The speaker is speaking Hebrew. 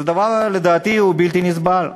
זה דבר שלדעתי הוא בלתי נסבל.